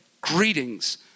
Greetings